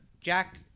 jack